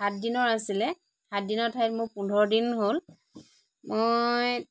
সাত দিনৰ আছিল সাতদিনৰ ঠাইত মোৰ পোন্ধৰ দিন হ'ল মই